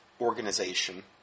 organization